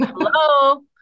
hello